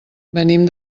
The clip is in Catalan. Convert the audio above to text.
venim